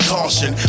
Caution